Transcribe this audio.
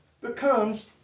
becomes